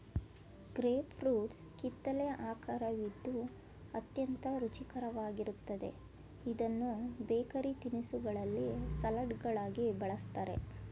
grape fruits ಕಿತ್ತಲೆ ಆಕರವಿದ್ದು ಅತ್ಯಂತ ರುಚಿಕರವಾಗಿರುತ್ತದೆ ಇದನ್ನು ಬೇಕರಿ ತಿನಿಸುಗಳಲ್ಲಿ, ಸಲಡ್ಗಳಲ್ಲಿ ಬಳ್ಸತ್ತರೆ